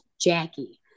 Jackie